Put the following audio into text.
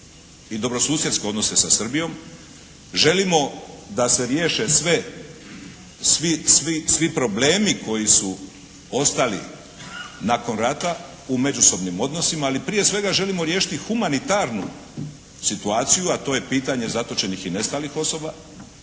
i dobrosusjedske odnose sa Srbijom. Želimo da se riješe sve, svi, svi problemi koji su ostali nakon rata u međusobnim odnosima ali prije svega želimo riješiti humanitarnu situaciju a to je pitanje zatočenih i nestalih osoba